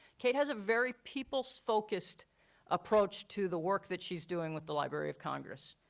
kate has a very people-focused approach to the work that she's doing with the library of congress.